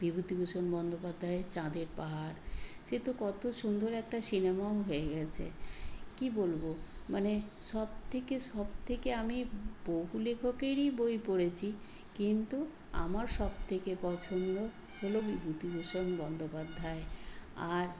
বিভূতিভূষণ বন্দ্যোপাধ্যায়ের চাঁদের পাহাড় সে তো কত সুন্দর একটা সিনেমাও হয়ে গিয়েছে কী বলব মানে সবথেকে সবথেকে আমি বহু লেখকেরই বই পড়েছি কিন্তু আমার সবথেকে পছন্দ হল বিভূতিভূষণ বন্দোপাধ্যায় আর